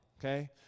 okay